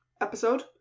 episode